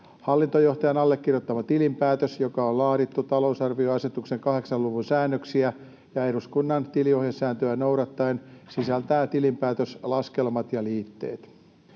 Hallintojohtajan allekirjoittama tilinpäätös, joka on laadittu talousarvioasetuksen 8 luvun säännöksiä ja eduskunnan tiliohjesääntöä noudattaen, sisältää tilinpäätöslaskelmat ja liitteet.